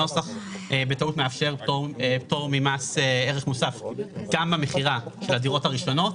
הנוסח בטעות מאפשר פטור ממס ערך מוסף גם במכירה של הדירות הראשונות,